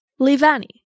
Levani